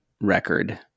record